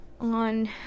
on